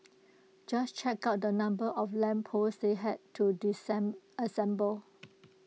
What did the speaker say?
just check out the number of lamp posts they had to